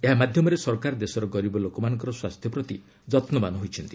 ଏହା ମାଧ୍ୟମରେ ସରକାର ଦେଶର ଗରିବ ଲୋକମାନଙ୍କର ସ୍ୱାସ୍ଥ୍ୟ ପ୍ରତି ଯତ୍ନବାନ ହୋଇଛନ୍ତି